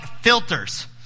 filters